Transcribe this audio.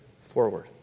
forward